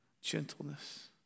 gentleness